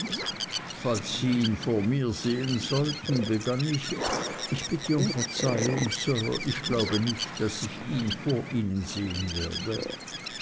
falls sie ihn vor mir sehen sollten begann ich ich bitte um verzeihung sir ich glaube nicht daß ich ihn vor ihnen sehen werde